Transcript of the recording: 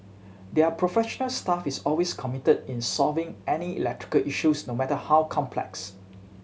their professional staff is always committed in solving any electrical issue no matter how complex